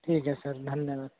ठीक आहे सर धन्यवाद